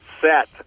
set